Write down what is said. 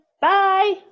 bye